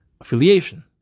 affiliation